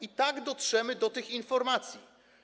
I tak dotrzemy do tych informacji.